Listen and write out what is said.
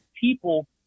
people